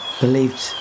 believed